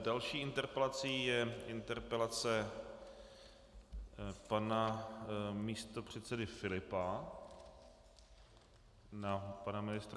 Další interpelací je interpelace pana místopředsedy Filipa na pana ministra Zaorálka.